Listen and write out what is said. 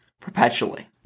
Perpetually